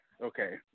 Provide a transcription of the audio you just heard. okay